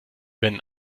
wenn